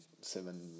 seven